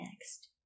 next